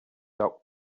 doc